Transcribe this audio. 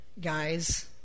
guys